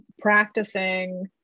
practicing